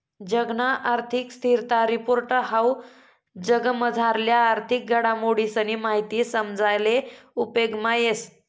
जगना आर्थिक स्थिरता रिपोर्ट हाऊ जगमझारल्या आर्थिक घडामोडीसनी माहिती समजाले उपेगमा येस